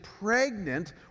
pregnant